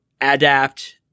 adapt